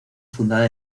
fundada